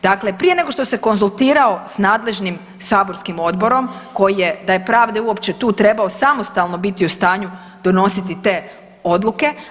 Dakle, prije nego što se konzultirao s nadležnim saborskim odborom koji je da je pravde uopće tu trebao samostalno biti u stanju donositi te odluke.